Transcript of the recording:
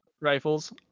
rifles